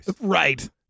Right